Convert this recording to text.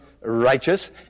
righteous